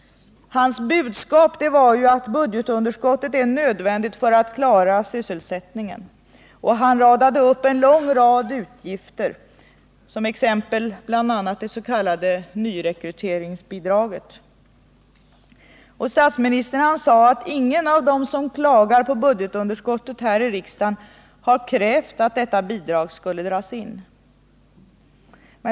Hans budskap var att budgetunderskottet var nödvändigt för att klara sysselsättningen, och han räknade upp en lång rad utgifter, bl.a. det s.k. nyrekryteringsbidraget. Statsministern sade att ingen av dem som klagar på budgetunderskottet har här i riksdagen krävt att detta bidrag skall dras in.